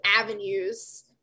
avenues